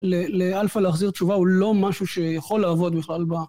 לאלפא להחזיר תשובה הוא לא משהו שיכול לעבוד בכלל ב...